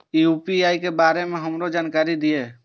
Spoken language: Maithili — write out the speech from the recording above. यू.पी.आई के बारे में हमरो जानकारी दीय?